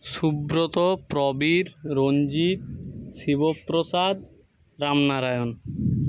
Subrata Prabir Ranjit Shibprasad Ramnarayan